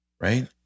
Right